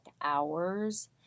hours